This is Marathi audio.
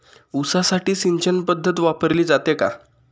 ऊसासाठी सिंचन पद्धत वापरली जाते का?